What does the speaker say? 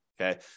Okay